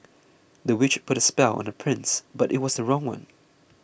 the witch put a spell on the prince but it was the wrong one